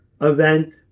event